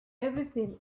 everything